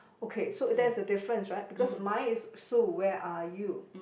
okay so that's a difference right because mine is Sue where are you